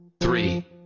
three